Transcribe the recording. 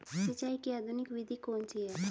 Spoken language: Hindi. सिंचाई की आधुनिक विधि कौन सी है?